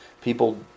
people